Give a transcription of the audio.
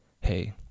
hey